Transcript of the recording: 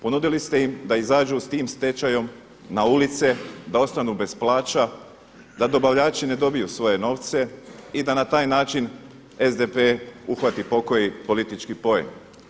Ponudili ste im da izađu s tim stečajem na ulice, da ostanu bez plaća, da dobavljači ne dobiju svoje novce i da na taj način SDP uhvati po koji politički poen.